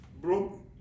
Bro